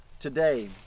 Today